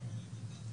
היא לא קיימת.